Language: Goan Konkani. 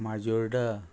माजोर्डा